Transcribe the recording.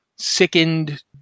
Sickened